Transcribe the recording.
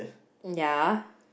yeah